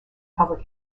public